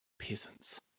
Peasants